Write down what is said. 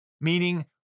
meaning